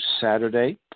Saturday